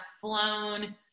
flown